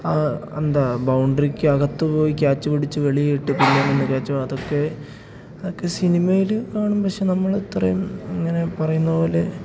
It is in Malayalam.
ആ എന്താ ബൗണ്ടറിക്ക് അകത്തു പോയി ക്യാച്ച് പിടിച്ച് വെളി ഇട്ട് പിന്നെ വന്ന് ക്യാച്ച് അതൊക്കെ അതൊക്കെ സിനിമയിൽ കാണും പക്ഷെ നമ്മളത്രയും ഇങ്ങനെ പറയുന്ന പോലെ